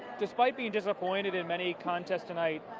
despite being disappointed in many contest tonight,